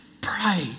pray